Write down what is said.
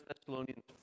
Thessalonians